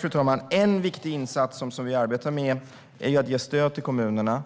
Fru talman! En viktig insats som vi arbetar med är att ge stöd till kommunerna